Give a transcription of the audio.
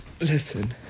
Listen